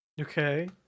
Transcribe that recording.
Okay